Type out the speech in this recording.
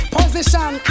Position